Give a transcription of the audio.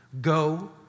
go